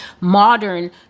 modern